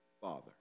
father